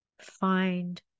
find